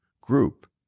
group